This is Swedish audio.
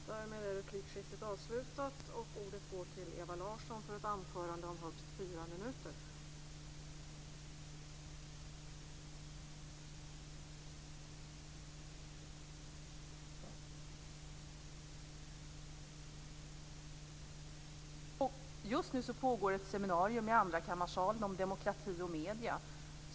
Fru talman! Just nu pågår ett seminarium i andrakammarsalen om demokrati och medier.